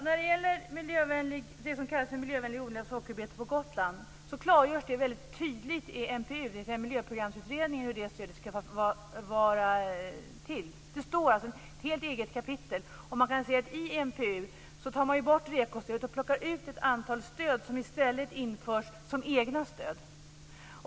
Herr talman! När det gäller miljövänlig odling av sockerbetor på Gotland klargörs det väldigt tydligt i MPU, Miljöprogramsutredningen, hur det ska gå till. Det står ett helt eget kapitel om det. Man kan säga att man i utredningen tar bort REKO-stödet och plockar ut ett antal stöd som i stället införs som egna stöd.